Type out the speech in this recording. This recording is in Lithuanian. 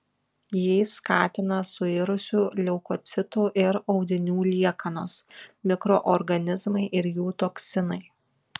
jį skatina suirusių leukocitų ir audinių liekanos mikroorganizmai ir jų toksinai